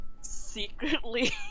secretly